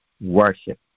worship